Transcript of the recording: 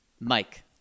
Mike